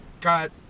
got